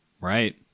right